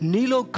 Nilo